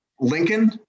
Lincoln